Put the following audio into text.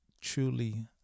truly